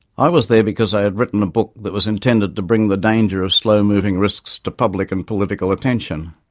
i was there because i had written a book that was intended to bring the danger of slow-moving risks to public and political attention.